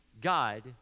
God